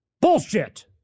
Bullshit